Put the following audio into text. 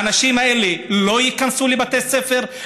האנשים האלה לא ייכנסו לבתי ספר?